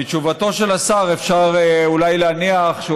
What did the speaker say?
מתשובתו של השר אולי אפשר להניח שהוא